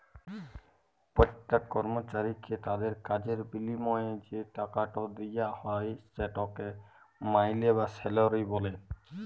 প্যত্তেক কর্মচারীকে তাদের কাজের বিলিময়ে যে টাকাট দিয়া হ্যয় সেটকে মাইলে বা স্যালারি ব্যলে